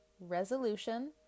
resolution